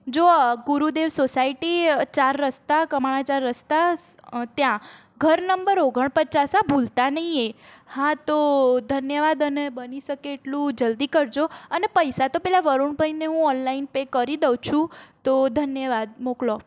જુઓ ગુરૂદેવ સોસાયટી ચાર રસ્તા કમાણા ચાર રસ્તા સ અ ત્યાં ઘર નમ્બર ઓગણપચાસ હોં ભૂલતા નહીં એ હા તો ધન્યવાદ અને બની શકે એટલું જલ્દી કરજો અને પૈસા તો પેલા વરુણભાઈને હું ઓનલાઈન પે કરી દઉં છું તો ધન્યવાદ મોકલો